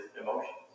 emotions